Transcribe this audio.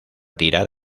tirar